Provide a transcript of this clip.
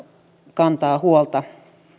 kantaa huolta